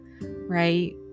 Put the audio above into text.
right